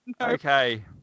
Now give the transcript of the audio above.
Okay